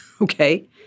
okay